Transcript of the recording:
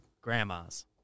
Grandmas